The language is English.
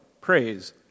Praise